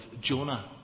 Jonah